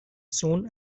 sohn